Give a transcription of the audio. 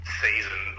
season